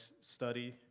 study